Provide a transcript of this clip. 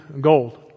gold